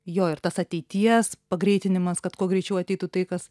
jo ir tas ateities pagreitinimas kad kuo greičiau ateitų tai kas